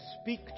speak